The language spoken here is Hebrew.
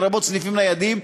לרבות סניפים ניידים,